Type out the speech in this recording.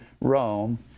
Rome